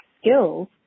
skills